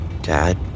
Dad